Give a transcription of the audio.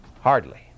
Hardly